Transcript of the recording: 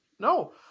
No